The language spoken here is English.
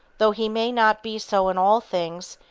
though he may not be so in all things,